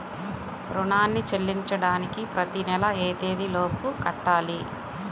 రుణాన్ని చెల్లించడానికి ప్రతి నెల ఏ తేదీ లోపు కట్టాలి?